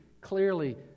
clearly